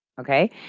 Okay